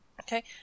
Okay